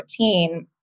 2014